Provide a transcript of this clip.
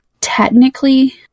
technically